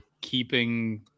keeping –